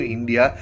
India